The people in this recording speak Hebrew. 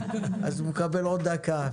אז הוא מקבל עוד דקה.